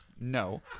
No